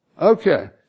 Okay